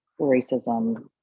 racism